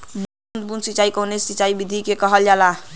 बूंद बूंद सिंचाई कवने सिंचाई विधि के कहल जाला?